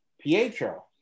Pietro